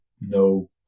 no